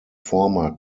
former